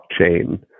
blockchain